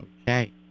Okay